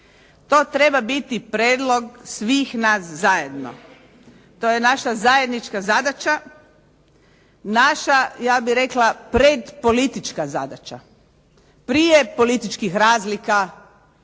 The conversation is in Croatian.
To treba biti prijedlog svih nas zajedno. To je naša zajednička zadaća, naša ja bih rekla pred politička zadaća, prije političkih razlika